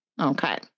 okay